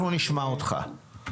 אנחנו נשמע אותך,